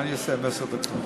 מה אני אעשה עם עשר דקות?